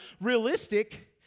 realistic